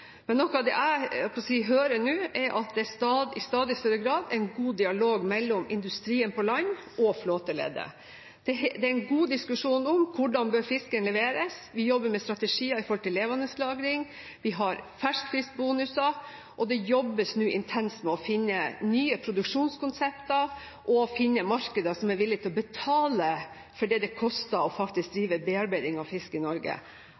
Men nok om det. Det jeg hører nå, er at det i stadig større grad er en god dialog mellom industrien på land og flåteleddet. Det er en god diskusjon om hvordan fisken bør leveres. Vi jobber med strategier for levendelagring, vi har ferskfiskbonuser, og det jobbes nå intenst med å finne nye produksjonskonsepter og finne markeder som er villig til å betale for det det faktisk koster å drive bearbeiding av fisk i Norge.